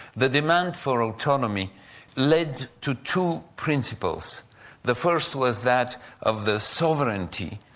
the demand for autonomy led to two principals the first was that of the sovereignty,